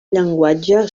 llenguatge